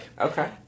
Okay